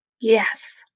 Yes